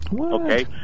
Okay